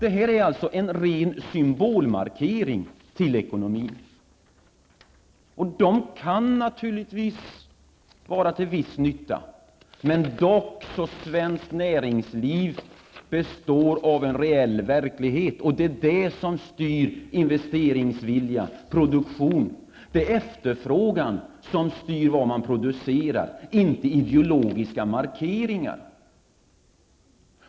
Det här är alltså en ren symbolmarkering i ekonomin. Det kan naturligtvis vara till viss nytta, men svenskt näringsliv består dock av en reell verklighet, och det är den som styr investeringsvilja och produktion. Det är efterfrågan som styr vad som produceras, inte ideologiska markeringar.